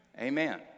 Amen